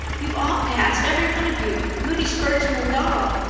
you've all passed, every one of you, moody spurgeon and all,